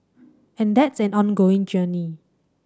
and that's an ongoing journey